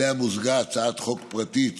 שאליה מוזגה הצעת חוק פרטית